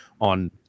on